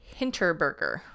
Hinterberger